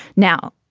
now,